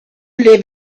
live